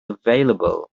available